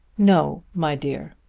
no, my dear.